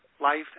life